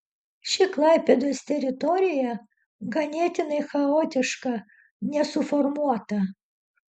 ši klaipėdos teritorija ganėtinai chaotiška nesuformuota